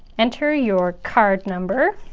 enter your card number